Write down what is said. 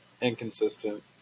inconsistent